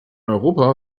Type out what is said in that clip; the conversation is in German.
europa